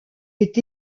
est